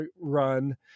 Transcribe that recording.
run